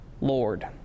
Lord